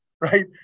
right